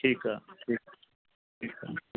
ਠੀਕ ਆ ਠੀਕ